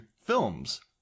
films